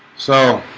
so